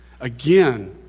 Again